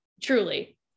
Truly